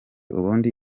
ubundi